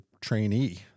trainee